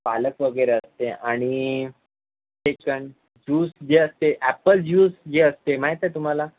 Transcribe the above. पालक वगैरे ते आणि चिकन ज्यूस जे असते ॲपल ज्यूस जे असते माहीत आहे तुम्हाला